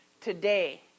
Today